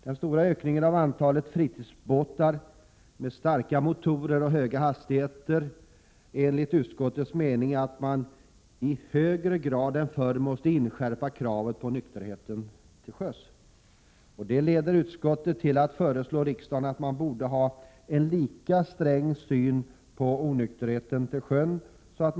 Den stora ökningen av antalet fritidsbåtar med starka motorer och höga hastigheter leder enligt utskottets mening till att man ”i högre grad än förr måste inskärpa kravet på nykterhet till sjöss”. Det leder utskottet till att föreslå riksdagen att man borde ha en lika sträng syn på onykterhet till sjöss som till lands.